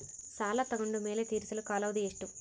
ಸಾಲ ತಗೊಂಡು ಮೇಲೆ ತೇರಿಸಲು ಕಾಲಾವಧಿ ಎಷ್ಟು?